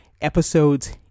episodes